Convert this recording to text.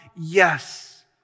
Yes